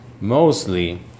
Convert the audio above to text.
mostly